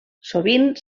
sovint